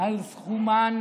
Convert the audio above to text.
על סכומן